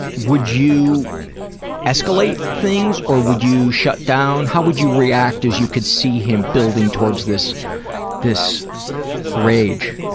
would you escalate things or would you shut down? how would you react as you could see him building towards this this rage?